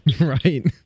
Right